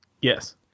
Yes